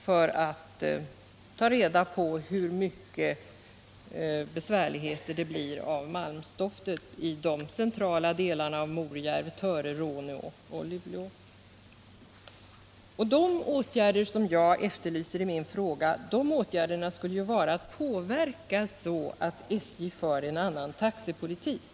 Man vill ta reda på vilka problem som uppstår med malmstoftet i de centrala delarna av Morjärv, Töre, Råneå och Luleå. De åtgärder som jag efterlyser i min fråga skulle ju kunna påverka SJ att föra en annan taxepolitik.